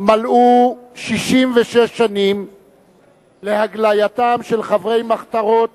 מלאו 66 שנים להגלייתם של חברי המחתרות